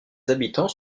habitants